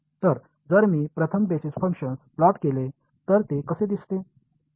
तर जर मी प्रथम बेसिस फंक्शन प्लॉट केले तर ते कसे दिसते